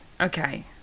Okay